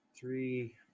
three